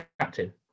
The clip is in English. captain